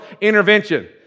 intervention